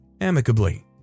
amicably